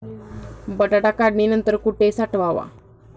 बटाटा काढणी नंतर कुठे साठवावा?